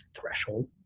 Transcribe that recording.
threshold